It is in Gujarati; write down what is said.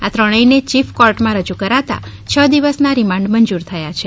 આ ત્રણેયને ચીફ કોર્ટમાં રજૂ કરાતાં છ દિવસના રિમાન્ડ મંજૂર થયા છે